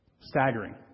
Staggering